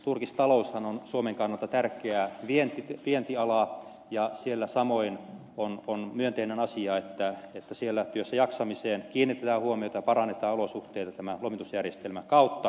turkistaloushan on suomen kannalta tärkeä vientiala ja samoin on myönteinen asia että siellä työssäjaksamiseen kiinnitetään huomiota parannetaan olosuhteita tämän lomitusjärjestelmän kautta